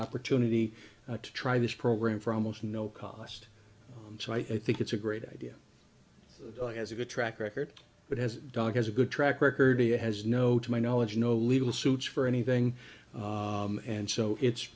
opportunity to try this program for almost no cost so i think it's a great idea has a good track record but as dog has a good track record it has no to my knowledge no legal suits for anything and so it's